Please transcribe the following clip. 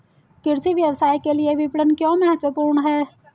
कृषि व्यवसाय के लिए विपणन क्यों महत्वपूर्ण है?